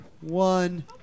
one